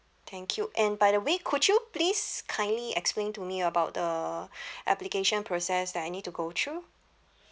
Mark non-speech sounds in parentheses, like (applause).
thank you and by the way could you please kindly explain to me about the (breath) application process that I need to go through